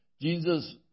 Jesus